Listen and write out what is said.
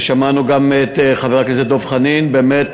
ושמענו גם את חבר הכנסת דב חנין, באמת